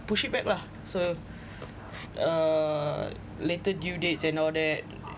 push it back lah so uh later due dates and all that